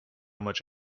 much